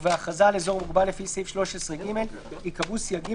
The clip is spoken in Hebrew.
ובהכרזה על אזור מוגבל לפי סעיף 13(ג) ייקבעו סייגים